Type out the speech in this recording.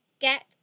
get